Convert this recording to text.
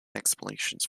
explanations